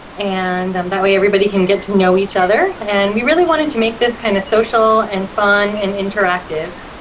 and and that way everybody can get to know each other and we really wanted to make this kind of social and fun and interactive.